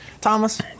Thomas